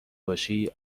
باشی